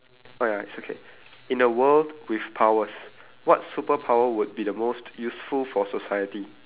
oh ya it's okay in a world with powers what superpower would be the most useful for society